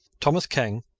thomas ken,